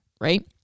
Right